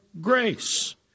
grace